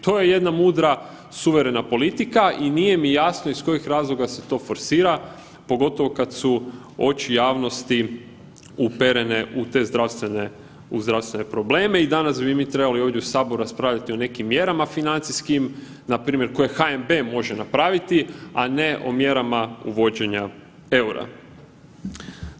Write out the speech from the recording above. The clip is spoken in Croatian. To je jedna mudra suverena politika i nije mi jasno iz kojih razloga se to forsira, pogotovo kad su oči javnosti uperene u te zdravstvene, u zdravstvene probleme i danas bi mi trebali ovdje u saboru raspravljati o nekim mjerama financijskim, npr. koje HNB može napraviti, a ne o mjerama uvođenja EUR-a.